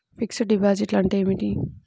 Fixed డిపాజిట్లు అంటే ఏమిటి?